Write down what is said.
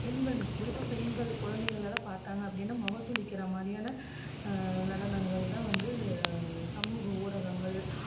பெண்கள் குறிப்பாக பெண்கள் குழந்தைகள் எல்லாம் பார்த்தாங்க அப்படின்னா முகம் சுளிக்கிற மாதிரியான நடனங்கள்தான் வந்து சமூக ஊடகங்கள்